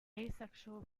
asexual